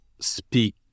speak